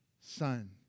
Son